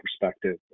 perspective